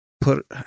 put